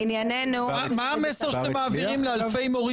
סיעות האופוזיציה בכנסת הקודמת לא החרימו את הוועדות,